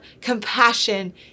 compassion